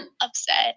upset